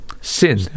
Sin